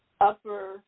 upper